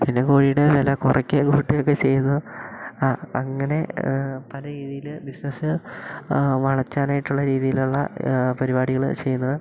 പിന്നെ കോഴിയുടെ വില കുറക്കുകയും കൂട്ടുകയും ഒക്കെ ചെയ്യുന്നു അങ്ങനെ പല രീതിയിൽ ബിസിനസ്സ് വളർത്താനായിട്ടുള്ള രീതിയിലുള്ള പരിപാടികൾ ചെയ്യുന്നത്